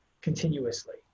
continuously